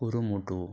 ᱠᱩᱨᱩᱢᱩᱴᱩ